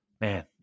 Man